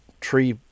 tree